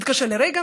הוא מתקשר לרייגן,